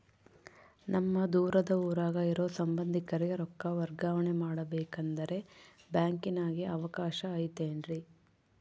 ನಮ್ಮ ದೂರದ ಊರಾಗ ಇರೋ ಸಂಬಂಧಿಕರಿಗೆ ರೊಕ್ಕ ವರ್ಗಾವಣೆ ಮಾಡಬೇಕೆಂದರೆ ಬ್ಯಾಂಕಿನಾಗೆ ಅವಕಾಶ ಐತೇನ್ರಿ?